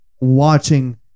watching